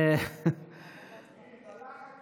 הלך הכסף, הלך הכסף.